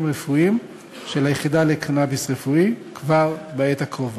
רפואיים של היחידה לקנאביס רפואי כבר בעת הקרובה.